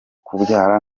kubyara